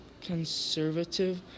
conservative